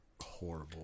horrible